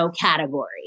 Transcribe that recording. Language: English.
category